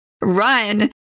run